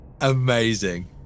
amazing